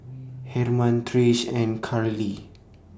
Hermann Trish and Curley